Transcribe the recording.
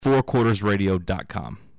FourQuartersRadio.com